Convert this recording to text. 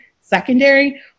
secondary